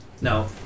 No